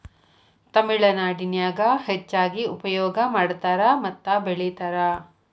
ತಮಿಳನಾಡಿನ್ಯಾಗ ಹೆಚ್ಚಾಗಿ ಉಪಯೋಗ ಮಾಡತಾರ ಮತ್ತ ಬೆಳಿತಾರ